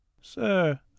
sir